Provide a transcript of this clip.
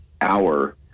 hour